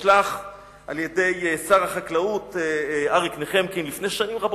שנשלח על-ידי שר החקלאות אריק נחמקין לפני שנים רבות,